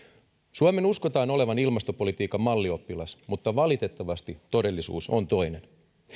suomen uskotaan olevan ilmastopolitiikan mallioppilas mutta valitettavasti todellisuus on toinen